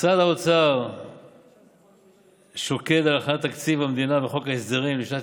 משרד האוצר שוקד על הכנת תקציב המדינה וחוק ההסדרים לשנת